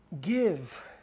give